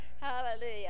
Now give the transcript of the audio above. Hallelujah